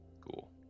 Cool